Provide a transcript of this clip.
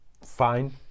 fine